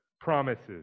promises